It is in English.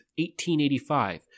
1885